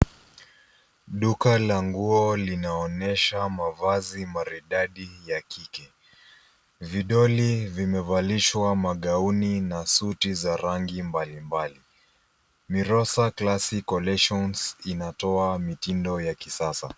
Duka la nguo linaonyesha mavazi maridadi ya kike. Vidoli vimevalishwa magauni na suti za rangi mbalimbali. Mirosa Classy Collections inatoa mitindo ya kisasa.